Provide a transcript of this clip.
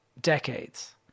decades